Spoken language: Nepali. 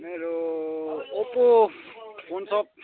मेरो ओप्पो फोन सप